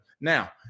Now